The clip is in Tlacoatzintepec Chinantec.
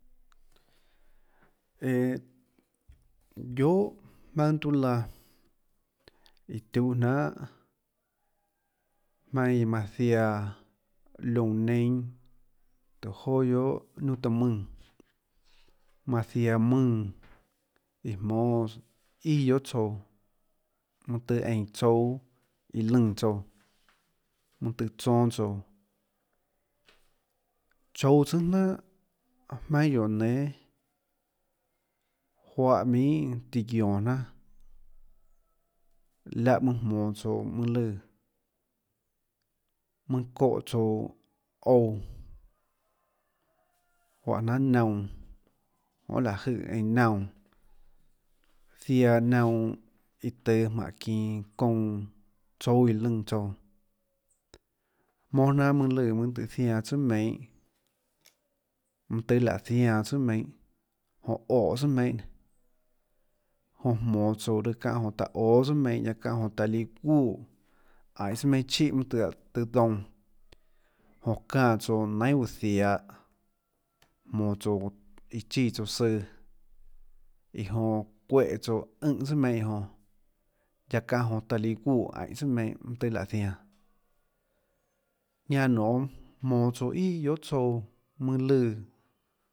Eå guiohà jmaønâ tiuã laã iã tiuhâ jnanhà jmaønâ iã manã ziaã liónã nenâ tùhå joà giohà niunà taã mùnã manã zian mùnã iã jmónâ ià guiohà tsouã mønâ tøâ einã tsouâ lùnã tsouã mønâ tøê tsonâ tsouã chouå tsónâ jnanà jmaønâ guióå nénâ juáhã minhà tiã guiónå jnanà láhå mønâ jmonå tsouã mønâ lùã mønâ çóhã tsouã ouã juáhã jnanhà naunã johà láhå jøè einã naunã ziaã naunã iã tøå jmánhå çinå çounå tsouâ iã lùnã tsouã jmóà jnanhà mønâ lùã mønâ tøê ziaã tsùà meinhâ mønâ tøê láå zianã tsùà meinhâ jonã óhå tsùà meinhâ nénå jonã jmonå tsouã raâ çáhã jonã taã óâ tsùà meinhâ guiaâ çáhã jonã taã líã guè ainê tsùà meinhâ chíhàmønâ tøê aå mønâ tøê dounã jonã çáã tsouã nainhà uã ziahå jmonå tsouã iã chíã tsouã søã iã jonã çuéhã tsouã ùnhã tsùà meinhâ iã jonã guiaâ çáhã jonã taã líã guè ainê tsùà meinhâ mønâ tøê láå zianã ñianã nonê jmonå tsouã ià guiohà tsouã mønâ lùã.